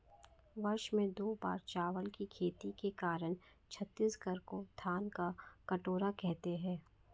वर्ष में दो बार चावल की खेती के कारण छत्तीसगढ़ को धान का कटोरा कहते हैं